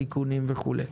סיכונים וכולי.